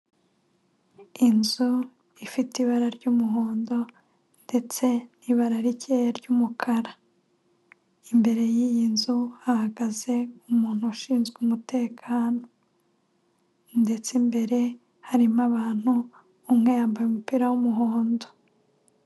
Inzu ifite ibara ry'umuhondo ndetse n'ibara rikeya ry'umukara, imbere y'iyi nzu hahagaze umuntu ushinzwe umutekano, ndetse mbere harimo abantu umwe yambaye umupira w'umuhondo.